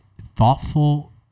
thoughtful